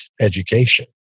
education